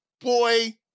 boy